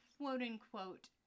quote-unquote